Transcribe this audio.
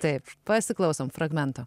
taip pasiklausom fragmento